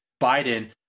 Biden